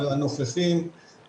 וגם של